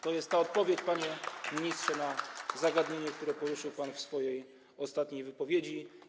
To jest odpowiedź, panie ministrze, na zagadnienie, które poruszył pan w swojej ostatniej wypowiedzi.